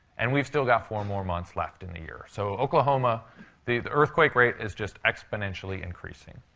and we've still got four more months left in the year. so oklahoma the the earthquake rate is just exponentially increasing.